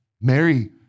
Mary